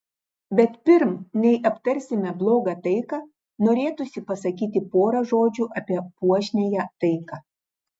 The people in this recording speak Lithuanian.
bet pirm nei aptarsime blogą taiką norėtųsi pasakyti porą žodžių apie puošniąją taiką